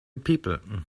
people